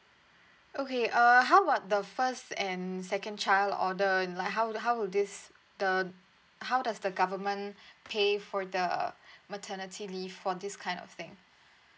okay err how about the first and second child order in like how how would this the how does the government pay for the maternity leave for this kind of thing